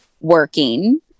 working